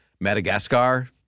Madagascar